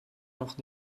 noch